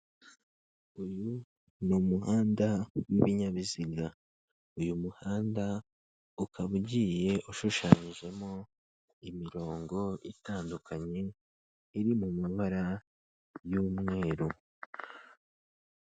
Uyu ni umuhanda w'ibinyabiziga. Uyu muhanda ukaba ugiye ushushanyijemo imirongo itandukanye iri mu mabara y'umweru.